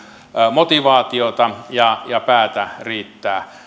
motivaatiota ja päätä riittää